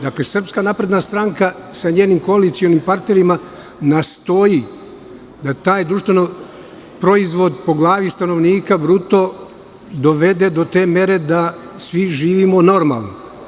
Dakle, SNS sa njenim koalicionim partnerima nastoji da taj bruto društveni proizvod po glavi stanovnika dovede do te mere da svi živimo normalno.